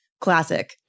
Classic